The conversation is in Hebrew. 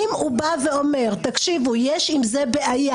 אם הוא בא ואומר: יש עם זה בעיה,